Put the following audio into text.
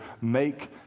make